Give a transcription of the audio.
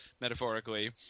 metaphorically